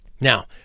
Now